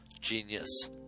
genius